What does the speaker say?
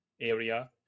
area